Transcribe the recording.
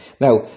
Now